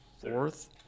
fourth